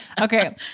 Okay